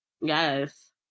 Yes